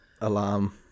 alarm